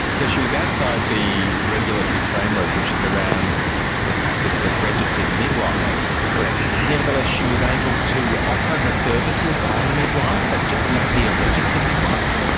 so she was outside the regulatory framework which surrounds the practice of registered midwives. correct. nevertheless she was able to offer the services of a midwife, and just not be a registered midwife?